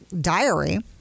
diary